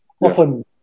often